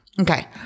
Okay